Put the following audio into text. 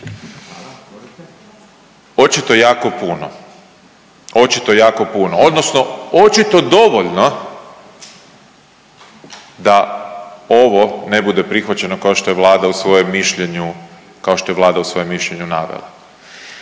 Očito jako puno. Očito jako puno, odnosno očito dovoljno da ovo ne bude prihvaćeno kao što je Vlada u svojem mišljenju, kao